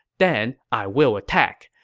then, i will attack.